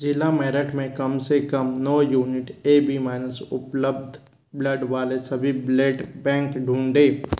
ज़िला मेरठ में कम से कम नौ यूनिट ए बी माइनस उपलब्ध ब्लड वाले सभी ब्लेड बैंक ढूँढें